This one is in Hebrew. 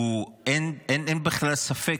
אין בכלל ספק,